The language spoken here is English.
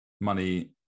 money